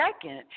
second